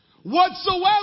Whatsoever